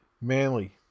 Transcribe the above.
Manly